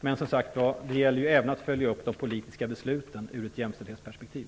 Men som sagt var, det gäller ju också att följa upp de politiska besluten ur ett jämställdhetsperspektiv.